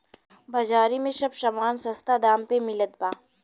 बाजारी में सब समान सस्ता दाम पे मिलत बा